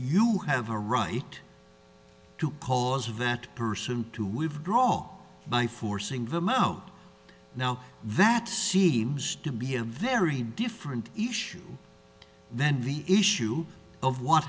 you have a right to cause of that person to withdraw by forcing them out now that seems to be a very different issue than the issue of what